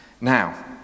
Now